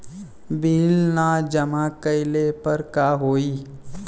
Bill न जमा कइले पर का होई?